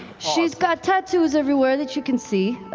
she's got tattoos everywhere that you can see.